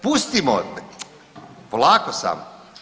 Pustimo, polako samo.